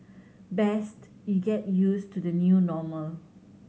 best you get used to the new normal